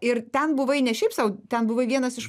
ir ten buvai ne šiaip sau ten buvo vienas iš